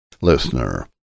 Listener